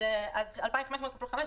אז זה 2,500 כפול חמש,